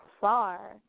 far